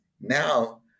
Now